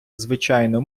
звичайно